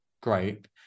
great